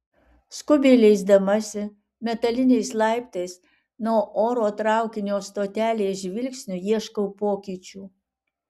skubiai leisdamasi metaliniais laiptais nuo oro traukinio stotelės žvilgsniu ieškau pokyčių